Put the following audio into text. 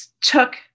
took